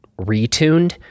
retuned